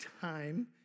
time